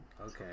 Okay